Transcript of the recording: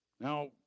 Now